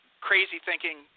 crazy-thinking